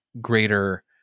greater